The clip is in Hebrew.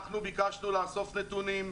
אנחנו ביקשנו לאסוף נתונים,